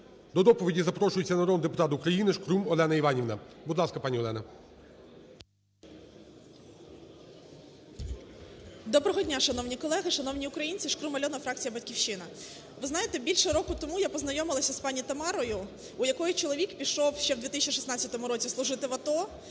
до доповіді запрошується народний депутат УкраїниШкрум Олена Іванівна. Будь ласка, пані Олена. 12:54:08 ШКРУМ А.І. Доброго дня, шановні колеги, шановні українці! Шкрум Альона, фракція "Батьківщина". Ви знаєте, більше року тому я познайомилась з пані Тамарою, у якої чоловік пішов ще у 2016 році служити в АТО.